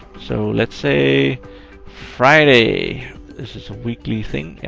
so, let's say friday. is this a weekly thing? yeah,